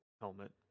helmet